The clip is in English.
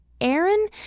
Aaron